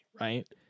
right